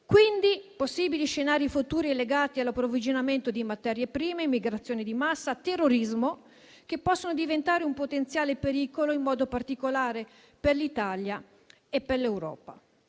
quindi possibili scenari futuri legati all'approvvigionamento di materie prime, emigrazioni di massa e terrorismo, che possono diventare un potenziale pericolo, in modo particolare per l'Italia e per l'Europa.